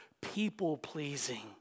people-pleasing